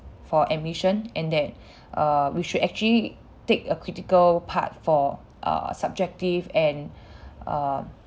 for admission and that err we should actually take a critical part for err subjective and err